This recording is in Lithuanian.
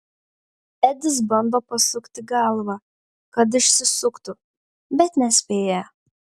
edis bando pasukti galvą kad išsisuktų bet nespėja